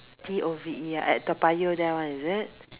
D O V E ah at Toa-Payoh there [one] is it